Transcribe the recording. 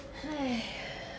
哎